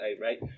right